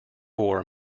war